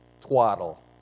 twaddle